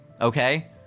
okay